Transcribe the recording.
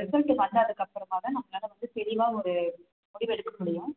result வந்ததுக்கு அப்புறமா தான் நம்மளால் வந்து தெளிவாக ஒரு முடிவு எடுக்க முடியும்